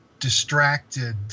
distracted